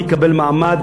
מי יקבל מעמד,